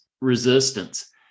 resistance